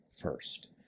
first